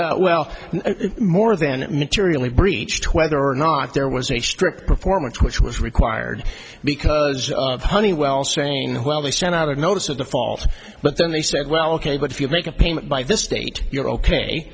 breach well more than it materially breeched whether or not there was a strip performance which was required because of honeywell saying well we sent out a notice of default but then they said well ok but if you make a payment by this date you're ok